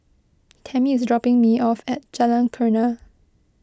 Tammy is dropping me off at Jalan Kurnia